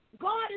God